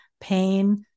pain